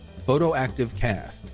photoactivecast